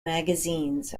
magazines